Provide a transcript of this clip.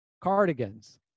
Cardigans